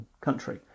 country